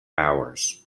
hours